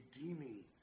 redeeming